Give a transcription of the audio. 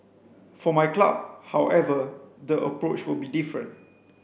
for my club however the approach will be different